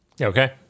Okay